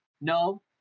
No